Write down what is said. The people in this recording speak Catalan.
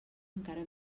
encara